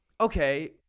okay